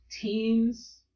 teens